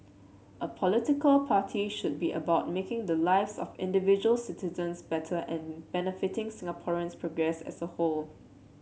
a political party should be about making the lives of individual citizens better and benefiting Singaporeans progress as a whole